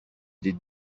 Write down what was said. des